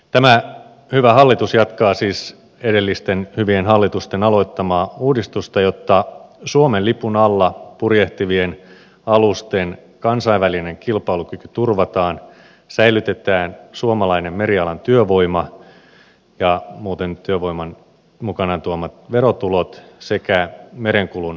tämä hyvä hallitus jatkaa siis edellisten hyvien hallitusten aloittamaa uudistusta jotta suomen lipun alla purjehtivien alusten kansainvälinen kilpailukyky turvataan säilytetään suomalainen merialan työvoima ja muuten työvoiman mukanaan tuomat verotulot sekä merenkulun osaaminen